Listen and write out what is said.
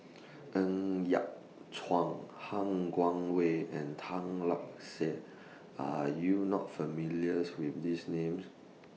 Ng Yat Chuan Han Guangwei and Tan Lark Sye Are YOU not familiar with These Names